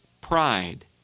pride